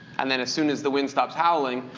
and then as soon as the wind stops howling,